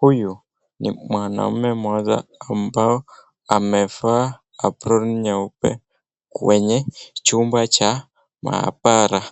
Huyu ni mwanaume mmoja ambaye amevaa aproni nyeupe kwenye chumba cha maabara